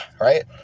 Right